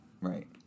right